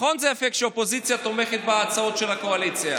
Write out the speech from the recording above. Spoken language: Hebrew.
נכון זה יפה כשהאופוזיציה תומכת בהצעות של הקואליציה?